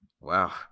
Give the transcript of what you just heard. wow